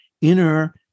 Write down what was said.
inner